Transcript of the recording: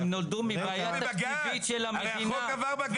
הם נולדו מבעיה תקציבית של המדינה.